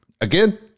again